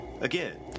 Again